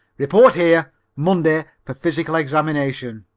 report here monday for physical examination,